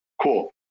Cool